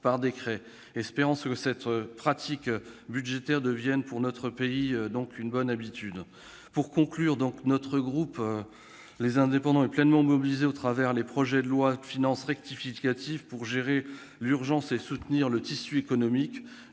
d'avance. Espérons que cette pratique budgétaire devienne, pour notre pays, une bonne habitude. Pour conclure, le groupe Les Indépendants est pleinement mobilisé, au travers de l'examen des projets de loi de finances rectificative, pour gérer l'urgence et soutenir le tissu économique.